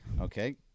Okay